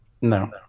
No